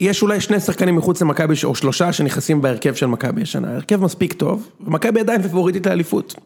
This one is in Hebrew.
‫יש אולי שני שחקנים מחוץ למכבי ‫או שלושה שנכנסים בהרכב של מכבי השנה. ‫ההרכב מספיק טוב, ‫מכבי עדיין פייבוריטית לאליפות.